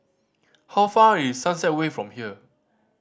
how far is Sunset Way from here